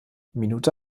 minute